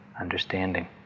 understanding